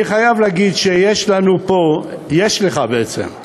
אני חייב להגיד שיש לנו פה, יש לך בעצם,